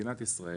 במדינת ישראל,